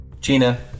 Gina